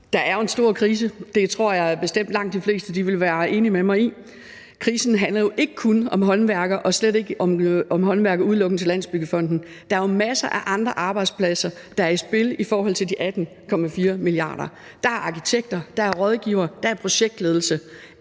Der er jo en stor krise. Det tror jeg bestemt langt de fleste vil være enig med mig i. Krisen handler jo ikke kun om håndværkere og slet ikke om håndværkere udelukkende til Landsbyggefonden. Der er jo masser af andre arbejdspladser, der er i spil i forhold til de 18,4 mia. kr. Der er arkitekter, der er rådgivere, der er af projektledelse.